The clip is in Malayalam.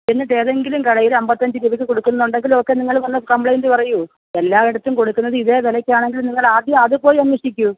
എന്നിട്ട് ഏതെങ്കിലും കടയിൽ അമ്പത്തഞ്ച് രൂപയ്ക്ക് കൊടുക്കുന്നുണ്ടെങ്കിൽ ഓക്കെ നിങ്ങൾ വന്ന് കമ്പ്ലൈൻ്റ് പറയൂ എല്ലായിടത്തും കൊടുക്കുന്നത് ഇതേ വിലയ്ക്ക് ആണെങ്കിൽ നിങ്ങൾ ആദ്യം അത് പോയി അന്വേഷിക്കൂ